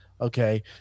Okay